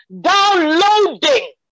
Downloading